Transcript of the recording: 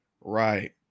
Right